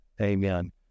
amen